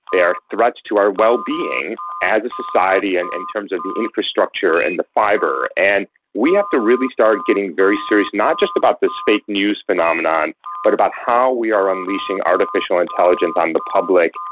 they are threats to our well-being as a society and in terms of the infrastructure and the fibre. and we have to really start getting very serious not just about this fake news phenomenon but about how we are unleashing artificial intelligence on the public,